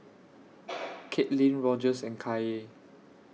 Katelin Rogers and Kaye